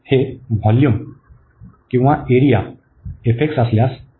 हे व्हॉल्यूम किंवा area fx असल्यास y 1 प्रस्तुत करते